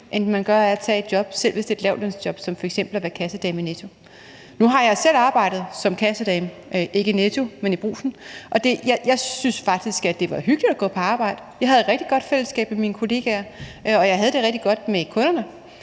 end man gør af at tage et job, selv hvis det er et lavtlønsjob som f.eks. at være kassedame i Netto. Nu har jeg selv arbejdet som kassedame ikke i Netto, men i brugsen, og jeg synes faktisk, at det var hyggeligt at gå på arbejde. Jeg havde et rigtig godt fællesskab med mine kollegaer, og jeg havde det rigtig godt med kunderne.